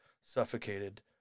suffocated